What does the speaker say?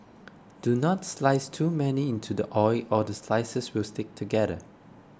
do not slice too many into the oil or the slices will stick together